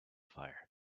fire